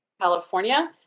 California